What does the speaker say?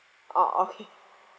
orh okay